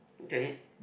the heat